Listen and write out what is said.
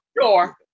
sure